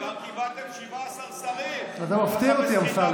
אתה מפתיע אותי, אמסלם.